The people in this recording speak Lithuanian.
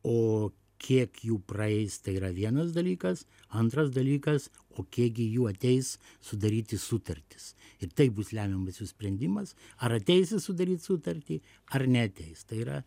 o kiek jų praeis tai yra vienas dalykas antras dalykas o kiek gi jų ateis sudaryti sutartis ir tai bus lemiamas jų sprendimas ar ateisi sudaryt sutartį ar neateis tai yra